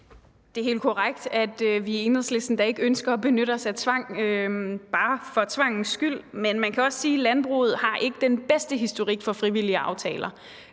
Det er helt korrekt, at vi i Enhedslisten da ikke ønsker at benytte os af tvang bare for tvangens skyld, men man kan også sige, at landbruget ikke har den bedste historik for frivillige aftaler.